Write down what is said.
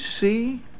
see